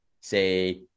say